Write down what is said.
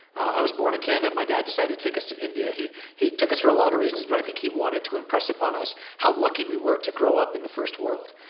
i was born in canada. my dad decided to take us to india. he he took us for a lot of reasons, but i think he wanted to impress upon us how lucky we were to grow up in the first world.